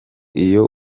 iyo